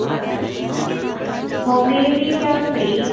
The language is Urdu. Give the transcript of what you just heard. اچھا سر ہوم ڈیلیوری کیا فری